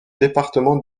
département